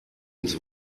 ins